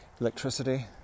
electricity